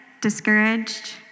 discouraged